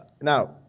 now